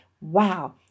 wow